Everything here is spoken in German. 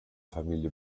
familie